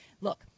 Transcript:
Look